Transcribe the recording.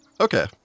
Okay